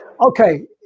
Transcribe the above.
Okay